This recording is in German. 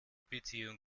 beziehung